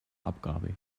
abgabe